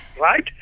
right